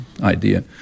idea